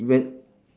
when